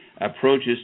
approaches